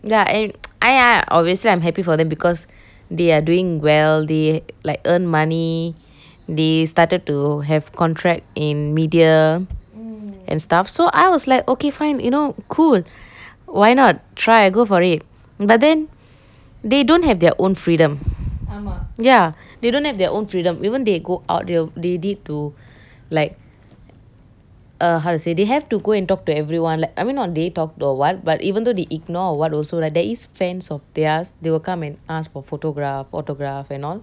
ya and I I obviously I'm happy for them because they are doing well they like earn money they started to have contract in media and stuff so I was like okay fine you know cool why not try go for it but then they don't have their own freedom ya they don't have their own freedom even they go out there they need to like uh how to say they have to go and talk to everyone like I mean not they talk or what but even though they ignore or what also right there is fans of theirs they will come and ask for photograph autograph and all